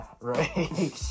right